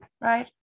right